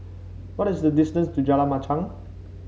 what is the distance to Jalan Machang